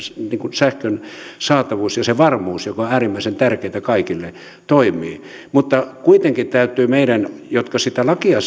sähkön saatavuus ja se varmuus joka on äärimmäisen tärkeätä kaikille toimii mutta kuitenkin täytyy meidän jotka sitä lakia